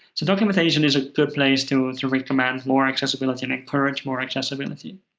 so documentation is a good place to to recommend more accessibility and encourage more accessibility.